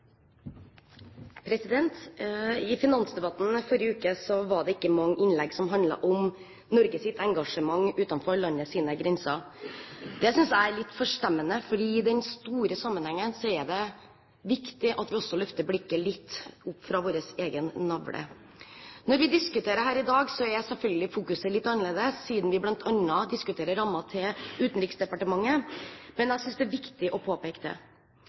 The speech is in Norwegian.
I finansdebatten forrige uke var det ikke mange innlegg som handlet om Norges engasjement utenfor landets grenser. Det synes jeg er litt forstemmende, for i den store sammenhengen er det viktig at vi også løfter blikket litt opp fra vår egen navle. Når vi diskuterer dette i dag, fokuserer vi selvfølgelig på litt annet siden vi bl.a. diskuterer rammer til Utenriksdepartementet, men jeg synes det er viktig å påpeke det.